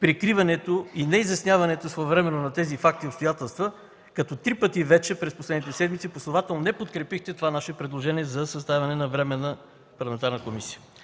прикриването и неизясняването своевременно на тези факти и обстоятелства, като вече три пъти през последните седмици последователно не подкрепихте това наше предложение за съставяне на Временна парламентарна комисия.